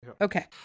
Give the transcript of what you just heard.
Okay